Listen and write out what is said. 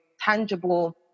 tangible